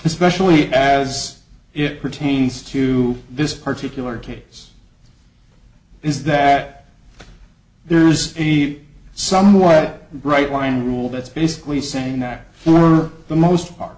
especially as it pertains to this particular case is that there is a somewhat bright line rule that's basically saying that we're the most ar